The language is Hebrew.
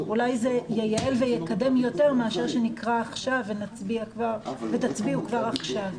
אולי זה ייעל ויקדם יותר מאשר שנקרא עכשיו ותצביעו כבר עכשיו.